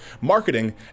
Marketing